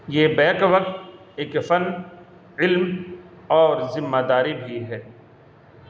یہ بیک وقت ایک فن علم اور ذمہ داری بھی ہے